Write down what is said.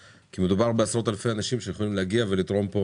כי מדובר בעשרות אלפי אנשים שיכולים להגיע ולתרום פה